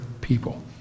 people